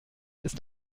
ist